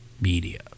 media